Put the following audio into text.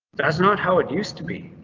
that's not how it used to be.